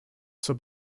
zur